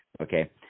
Okay